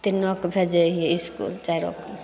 तीनूके भेजय हियै इसकुल चाइरोके